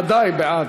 בעד, ודאי בעד.